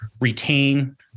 retain